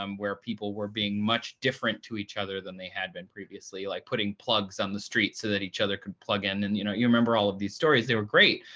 um where people were being much different to each other than they had been previously, like putting plugs on the street so that each other could plug in. and you know you remember all of these stories. they were great.